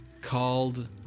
Called